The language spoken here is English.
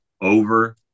over